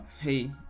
hey